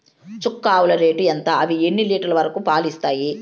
చుక్క ఆవుల రేటు ఎంత? అవి ఎన్ని లీటర్లు వరకు పాలు ఇస్తాయి?